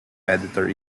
editor